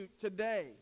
today